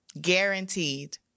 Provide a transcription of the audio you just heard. Guaranteed